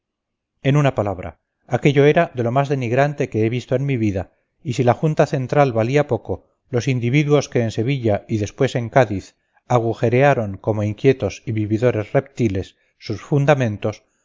en una palabra aquello era de lo más denigrante que he visto en mi vida y si la junta central valía poco los individuos que en sevilla y después en cádiz agujerearon como inquietos y vividores reptiles sus fundamentos